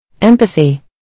Empathy